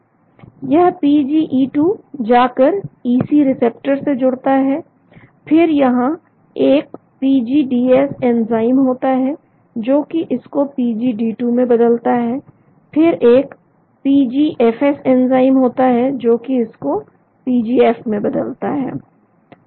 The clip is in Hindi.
यह पीजीइ2 जाकर ईपी रिसेप्टर से जुड़ता है फिर यहां एक पीजीडीएस एंजाइम होता है जो कि इसको PGD2 में बदलता है फिर एक पीजीएफएस एंजाइम होता है जोकि इसको पीजीएफ में बदलता है